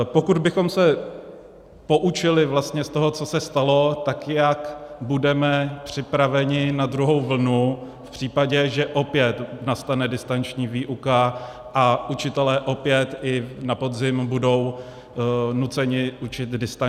Pokud bychom se poučili vlastně z toho, co se stalo, tak jak budeme připraveni na druhou vlnu v případě, že opět nastane distanční výuka a učitelé opět i na podzim budou nuceni učit distančně?